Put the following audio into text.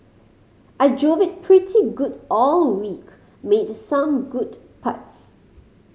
I drove it pretty good all week made some good putts